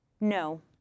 no